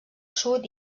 sud